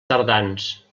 tardans